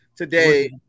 Today